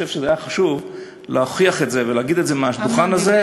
היה חשוב להוכיח את זה ולהגיד את זה מהדוכן הזה.